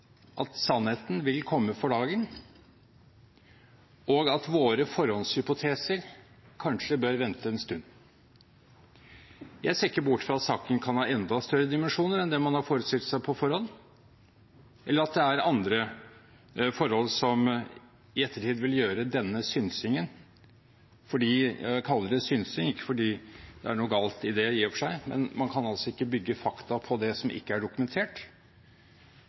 at sannheten vil komme for dagen, og at våre forhåndshypoteser kanskje bør vente en stund. Jeg ser ikke bort fra at saken kan ha enda større dimensjoner enn det man har forestilt seg på forhånd, eller at det er andre forhold som i ettertid vil gjøre denne synsingen – jeg kaller det synsing, ikke fordi det er noe galt i det i og for seg, men man kan altså ikke bygge fakta på det som ikke er dokumentert,